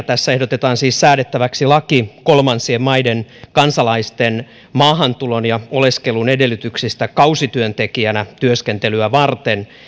tässä ehdotetaan siis säädettäväksi laki kolmansien maiden kansalaisten maahantulon ja oleskelun edellytyksistä kausityöntekijänä työskentelyä varten